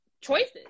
choices